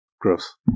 Gross